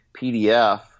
PDF